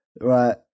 Right